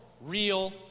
real